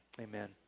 Amen